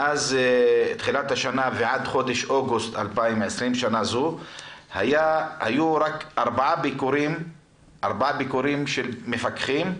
מאז תחילת השנה ועד חודש אוגוסט 2020 היו רק4 ביקורים של מפקחים,